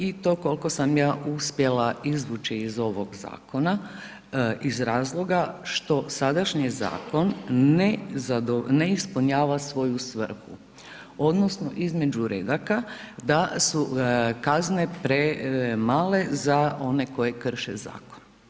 I to koliko sam ja uspjela izvući iz ovog zakona iz razloga što sadašnji zakon ne ispunjava svoju svrhu odnosno između redaka da su kazne premale za one koji krše zakon.